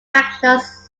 banknotes